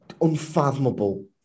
Unfathomable